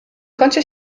kącie